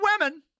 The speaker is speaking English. women